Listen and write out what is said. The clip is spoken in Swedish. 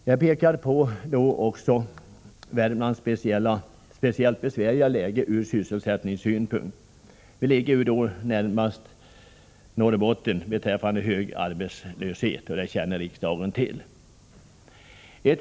Jag vill också peka på Värmlands speciellt besvärliga läge ur sysselsättningssynpunkt. Riksdagen känner till att vi ligger näst efter Norrbotten beträffande hög arbetslöshet.